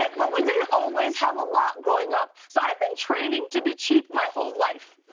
and but we didn't always have a lot growing up. so i've been training to be cheap my whole life.